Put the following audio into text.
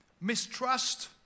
mistrust